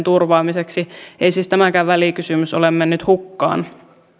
turvaamiseksi ei siis tämäkään välikysymys ole mennyt hukkaan